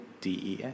DES